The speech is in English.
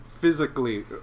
physically